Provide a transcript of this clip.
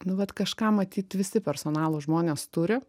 nu vat kažką matyt visi personalo žmonės turi